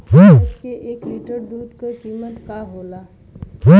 भैंस के एक लीटर दूध का कीमत का होखेला?